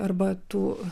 arba tų